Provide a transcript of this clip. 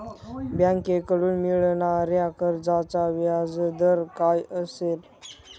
बँकेकडून मिळणाऱ्या कर्जाचा व्याजदर काय असेल?